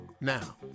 Now